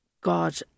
god